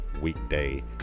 weekday